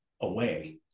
away